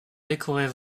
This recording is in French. décorées